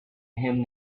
him